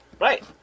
Right